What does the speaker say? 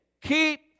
keep